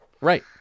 Right